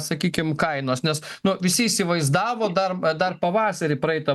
sakykim kainos nes nu visi įsivaizdavo dar dar pavasarį praeitą